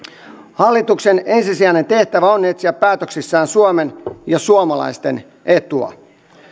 hallituksen ensisijainen tehtävä on etsiä päätöksissään suomen ja suomalaisten etua